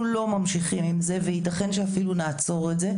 אנחנו לא ממשיכים עם זה, וייתכן שאף נעצור זאת,